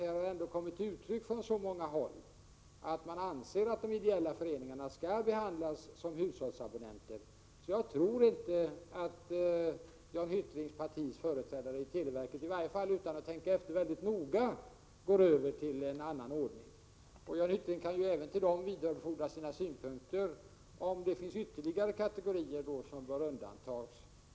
Det har klargjorts från så många håll att man anser att de ideella föreningarna skall behandlas som hushållsabonnenter att jag inte tror att Jan Hyttrings partis företrädare i televerket utan att tänka efter mycket noga går, över till en annan ordning. Jan Hyttring kan vidarebefordra sina synpunkter till dem, om det finns ytterligare kategorier som bör undantas.